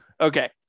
okay